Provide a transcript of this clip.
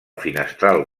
finestral